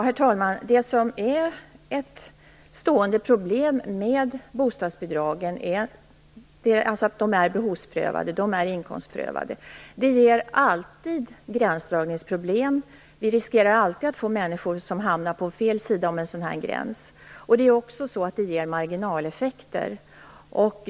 Herr talman! Det som är ett stående problem med bostadsbidragen är att de är behovsprövade, inkomstprövade. Det ger alltid gränsdragningsproblem. Vi riskerar alltid att människor hamnar på fel sida om en sådan gräns. Det ger också marginaleffekter.